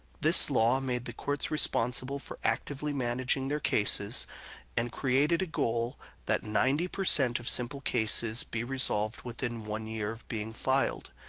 this law made the courts responsible for actively managing their cases and created a goal that ninety percent percent of simple cases be resolved within one year of being filed,